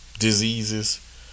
Diseases